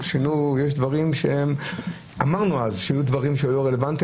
ויש נושאים שאולי אפשר יהיה לדון גם האם יש מקום להוסיף אותם.